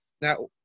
Now